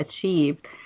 achieved